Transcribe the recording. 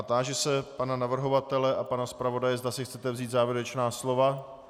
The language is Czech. Táži se pana navrhovatele a pana zpravodaje, zda si chcete vzít závěrečná slova.